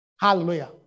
Hallelujah